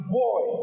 boy